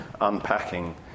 unpacking